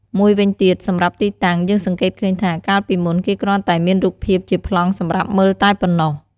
មួយវិញទៀត សម្រាប់ទីតាំង យើងសង្កេតឃើញថា កាលពីមុន គេគ្រាន់តែមានរូបភាពជាប្លង់សម្រាប់មើលតែប៉ុណ្ណោះ។